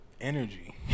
Energy